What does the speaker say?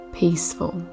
peaceful